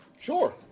Sure